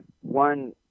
one